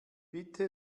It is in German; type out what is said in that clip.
bitte